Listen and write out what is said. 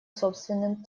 собственным